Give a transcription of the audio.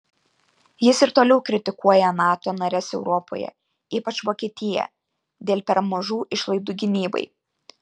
jis ir toliau kritikuoja nato nares europoje ypač vokietiją dėl per mažų išlaidų gynybai